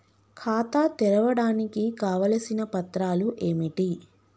ఖాతా తెరవడానికి కావలసిన పత్రాలు ఏమిటి?